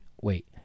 wait